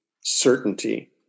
certainty